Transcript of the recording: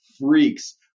freaks